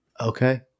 okay